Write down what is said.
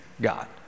God